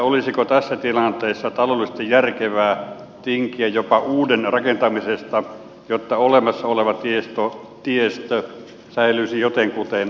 olisiko tässä tilanteessa taloudellisesti järkevää tinkiä jopa uuden rakentamisesta jotta olemassa oleva tiestö säilyisi jotenkuten ajokelpoisena